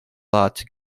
lāci